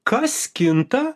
kas kinta